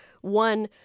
one